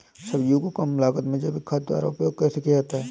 सब्जियों को कम लागत में जैविक खाद द्वारा उपयोग कैसे किया जाता है?